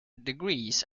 degrees